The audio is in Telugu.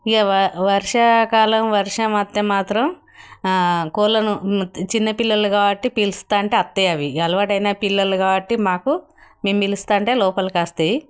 ఇక వర్షాకాలం వర్షం వస్తే మాత్రం కోళ్ళను చిన్న పిల్లలు కాబట్టి పిలుస్తుంటే వస్తాయి ఇక అవి అలవాటైన పిల్లలు కాబట్టి మాకు మేము పిలుస్తుంటే లోపలకి వస్తాయి